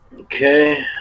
Okay